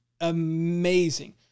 amazing